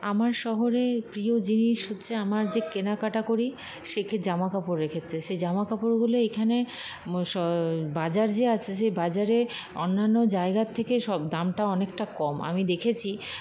আমার শহরে প্রিয় জিনিস হচ্ছে আমার যে কেনাকাটা করি সে কি জামাকাপড়ের ক্ষেত্রে সে জামাকাপড়গুলো এখানে বাজার যে আছে সে বাজারে অন্যান্য জায়গার থেকে সব দামটা অনেকটা কম আমি দেখেছি